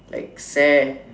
like sad